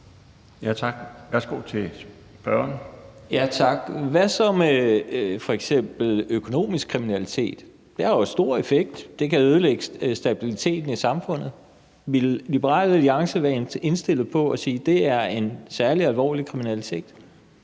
Kl. 16:56 Kim Valentin (V): Tak. Hvad så med f.eks. økonomisk kriminalitet? Det har jo stor effekt; det kan ødelægge stabiliteten i samfundet. Ville Liberal Alliance være indstillet på at sige, at det er en særlig alvorlig kriminalitet?